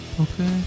Okay